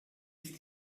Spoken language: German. ist